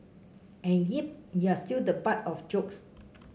and yep you are still the butt of jokes